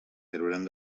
trauran